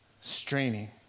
straining